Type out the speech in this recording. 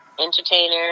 entertainer